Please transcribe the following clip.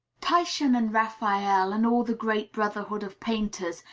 titian and raphael, and all the great brotherhood of painters,